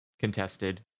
contested